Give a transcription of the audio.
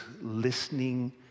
listening